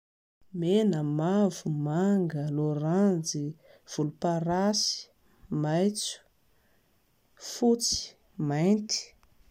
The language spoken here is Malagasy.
Mena, mavo, manga, laoranjy, volomparasy, maitso, fotsy, mainty